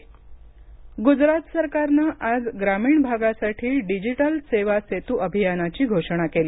Gujarat digital सेवा गुजरात सरकारनं आज ग्रामीण भागासाठी डिजिटल सेवा सेतू अभियानाची घोषणा केली